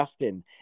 Justin